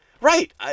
Right